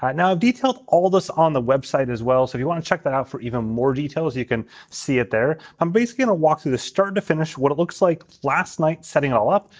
but now i've detailed all this on the website as well so if you want to check that out for even more details you can see it there. i'm basically gonna walk through from start to finish what it looks like last night setting all up.